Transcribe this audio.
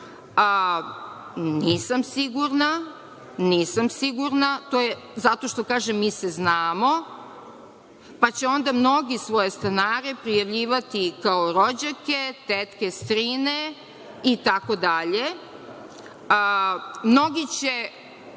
plaćanje poreza, nisam sigurna, zato što kažem – mi se znamo, pa će onda mnogi svoje stanare prijavljivati kao rođake, tetke, strine itd. Mnogi će,